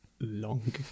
long